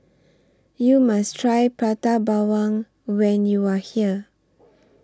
YOU must Try Prata Bawang when YOU Are here